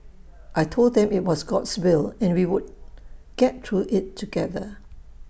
I Told them that IT was God's will and we would get through IT together